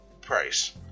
price